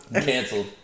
Canceled